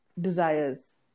desires